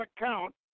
account